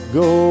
go